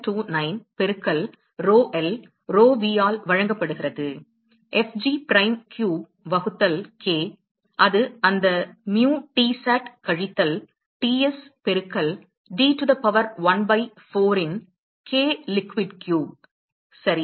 729 பெருக்கல் rho l rho v ஆல் வழங்கப்படுகிறது fg பிரைம் கியூப் வகுத்தல் k அது அந்த mu Tsat கழித்தல் Ts பெருக்கல் d to the power 1 by 4 இன் k லிக்விட் கியூப் சரி